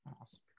awesome